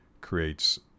creates